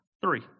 Three